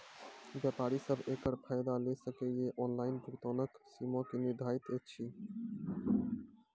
व्यापारी सब एकरऽ फायदा ले सकै ये? ऑनलाइन भुगतानक सीमा की निर्धारित ऐछि?